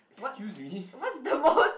excuse me